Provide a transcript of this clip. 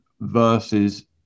versus